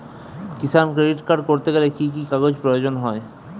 কিষান credit card করতে গেলে কি কি কাগজ প্রয়োজন হয়?